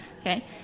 Okay